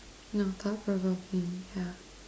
no thought provoking yeah